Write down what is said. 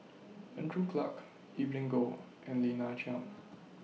Andrew Clarke Evelyn Goh and Lina Chiam